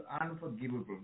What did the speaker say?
unforgivable